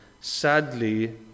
sadly